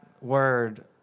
word